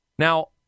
Now